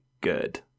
good